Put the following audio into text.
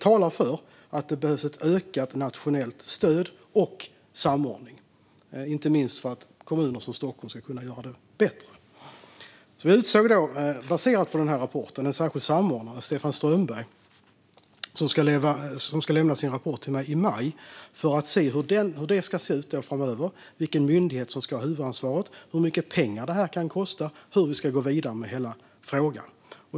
Detta talar för att det behövs ett ökat nationellt stöd och samordning, inte minst för att kommuner som Stockholm ska kunna göra det bättre. Baserat på rapporten utsåg vi därför en särskild samordnare, Stefan Strömberg, som ska lämna sin rapport till mig i maj. Då ska vi se hur det ska se ut framöver, vilken myndighet som ska ha huvudansvaret, hur mycket pengar det kan kosta och hur vi ska gå vidare med hela frågan.